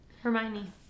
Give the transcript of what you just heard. Hermione